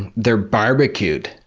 they're barbecued,